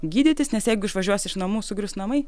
gydytis nes jeigu išvažiuos iš namų sugrius namai